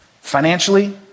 financially